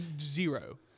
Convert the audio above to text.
Zero